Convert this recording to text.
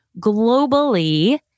globally